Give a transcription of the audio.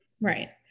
right